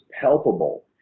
palpable